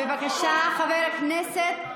בבקשה, חבר הכנסת.